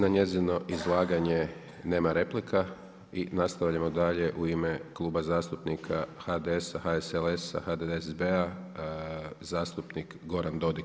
Na njezino izlaganje nema replika i nastavljamo dalje u ime Kluba zastupnika HDS-a, HSLS-a, HDSSB-a, zastupnik Goran Dodig.